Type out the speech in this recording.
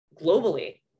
globally